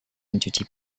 mencuci